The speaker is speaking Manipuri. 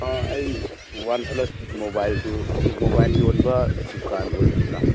ꯑꯥ ꯑꯩ ꯋꯥꯟ ꯄ꯭ꯂꯁ ꯃꯣꯕꯥꯏꯜꯗꯨ ꯁꯤ ꯃꯣꯕꯥꯏꯜ ꯌꯣꯟꯕ ꯗꯨꯀꯥꯟ ꯑꯣꯏꯕꯤꯕ꯭ꯔꯥ